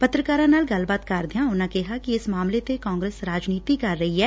ਪੱਤਰਕਾਰਾਂ ਨਾਲ ਗੱਲਬਾਤ ਕਰਦਿਆਂ ਉਨ੍ਪਾਂ ਕਿਹਾ ਕਿ ਇਸ ਮਾਮਲੇ ਤੇ ਕਾਂਗਰਸ ਰਾਜਨੀਤੀ ਕਰ ਰਹੀ ਐ